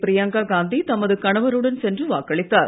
பிரயங்கா காந்தி தமது கணவருடன் சென்று வாக்களித்தார்